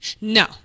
no